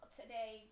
today